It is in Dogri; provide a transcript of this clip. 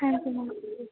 ठीक ऐ